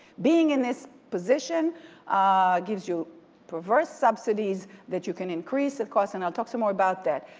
being in this position gives you perverse subsidies that you can increase of course and i'll talk some more about that.